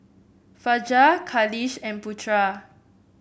Fajar Khalish and Putra